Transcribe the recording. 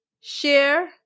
Share